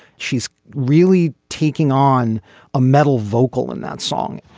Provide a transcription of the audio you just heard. she's really taking on a metal vocal in that song